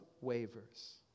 wavers